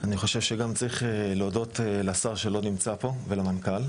אני רוצה להודות לשר שלא נמצא פה ולמנכ"ל.